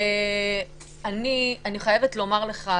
אני חייבת לומר לך,